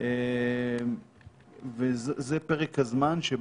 אם ועדת המשנה תרצה לאשר היא תאשר, ואם